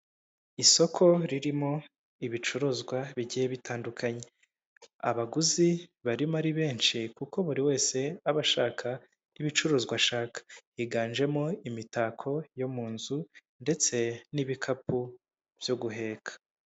Isoko ririmo ibicuruzwa bigiye bitandukanye abaguzi barimo ari benshi kuko buri wese aba ashaka ibicuruzwa ashaka, higanjemo imitako yo mu nzu ndetse n'ibikapu byo guheka.